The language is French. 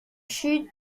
chute